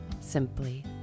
Simply